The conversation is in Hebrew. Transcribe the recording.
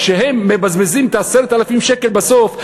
כשהם מבזבזים את 10,000 השקלים בסוף,